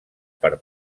per